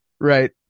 Right